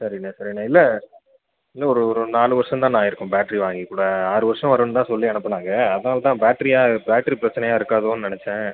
சரிண்ணே சரிண்ணே இல்லை இல்லை ஒரு ஒரு நாலு வருஷம்தாண்ணே ஆகிருக்கும் பேட்ரி வாங்கி கூட ஆறு வருஷம் வரும் தான் சொல்லி அனுப்பினாங்க அதனால் தான் பேட்ரியா பேட்ரி பிரச்சனையாக இருக்காதோன்னு நெனைச்சேன்